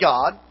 God